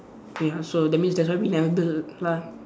ya so that means there's lah